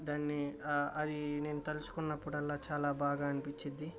దాన్ని అది నేను తల్చుకున్నప్పుడల్లా చాలా బాగా అనిపిచ్చిద్ధి